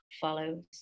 follows